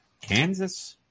Kansas